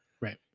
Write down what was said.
Right